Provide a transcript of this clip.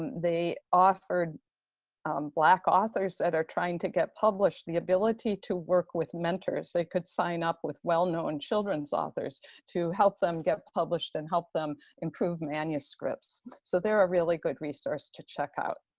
they offered black authors that are trying to get published the ability to work with mentors. they could sign up with well-known children's authors to help them get published and help them improve manuscripts, so they're a really good resource to check out.